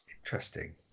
Interesting